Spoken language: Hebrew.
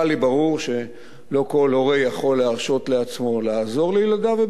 והיה לי ברור שלא כל הורה יכול להרשות לעצמו לעזור לילדיו,